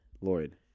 Lloyd